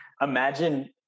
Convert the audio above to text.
Imagine